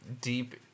deep